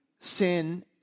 sin